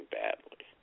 badly